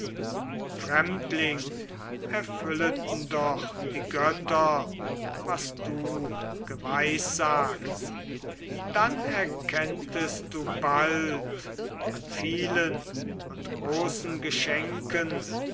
fremdling erfülleten doch die götter was du geweissagt dann erkenntest du bald an vielen und großen geschenken